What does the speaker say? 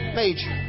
major